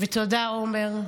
ותודה, עומר.